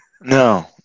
No